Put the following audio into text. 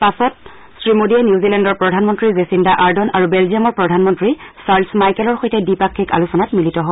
পাছত শ্ৰীমোডীয়ে নিউজিলেণ্ডৰ প্ৰধানমন্ত্ৰী জেছিন্দা আৰ্ডন আৰু বেলজিয়ামৰ প্ৰধানমন্ত্ৰী ছাৰ্লচ মাহকেলৰ সৈতে দ্বিপাক্ষিক আলোচনাত মিলিত হয়